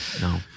No